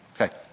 Okay